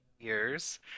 years